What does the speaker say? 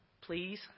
Please